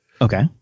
Okay